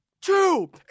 two